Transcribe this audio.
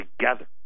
together